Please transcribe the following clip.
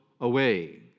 away